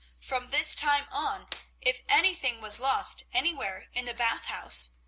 from this time on, if anything was lost anywhere in the bath house,